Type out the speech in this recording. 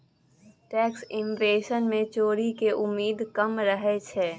tax evasion मे चोरी केर उमेद कम रहय छै